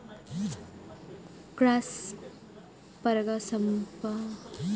Cross పరాగ సంపర్కాన్ని నేను ఏ విధంగా నివారించచ్చు?